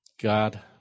God